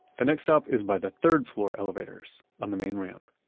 the next stop is by the third-floor elevators on the main ramp